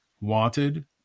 wanted